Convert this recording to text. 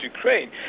Ukraine